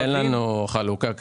אין לנו חלוקה כזאת.